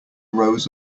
rows